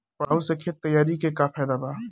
Plough से खेत तैयारी के का फायदा बा?